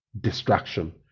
distraction